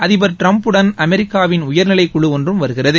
அதிபர் ட்ரம்புடன் அமெரிக்காவின் உயர்நிலைக்குழு ஒன்றும் வருகிறது